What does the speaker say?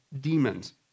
demons